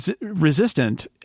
resistant